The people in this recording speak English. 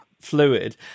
fluid